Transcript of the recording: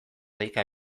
deika